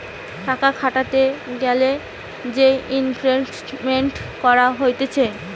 টাকা খাটাতে গ্যালে যে ইনভেস্টমেন্ট করা হতিছে